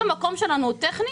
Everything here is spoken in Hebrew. את יכולה לשאול,